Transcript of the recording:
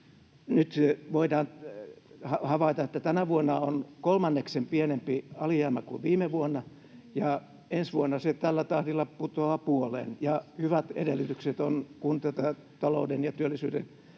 Nyt voidaan havaita, että tänä vuonna on kolmanneksen pienempi alijäämä kuin viime vuonna ja ensi vuonna se tällä tahdilla putoaa puoleen. Ja hyvät edellytykset ovat, kun tätä talouden ja työllisyyden